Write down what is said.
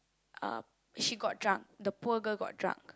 uh she got drunk the poor girl got drunk